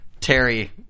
Terry